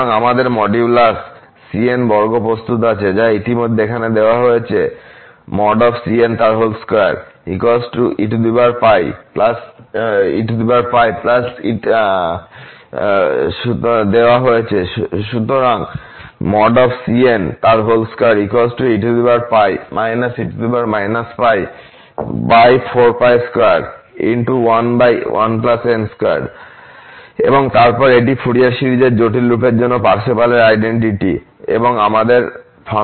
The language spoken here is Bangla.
সুতরাং আমাদের মডিউলাস cn বর্গ প্রস্তুত আছে যা ইতিমধ্যে এখানে দেওয়া হয়েছে এবং তারপর এটি ফুরিয়ার সিরিজের জটিল রূপের জন্য পার্সেভালের আইডেন্টিটি এবং আমাদের ফাংশন হল ex